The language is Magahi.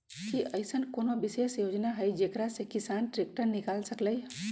कि अईसन कोनो विशेष योजना हई जेकरा से किसान ट्रैक्टर निकाल सकलई ह?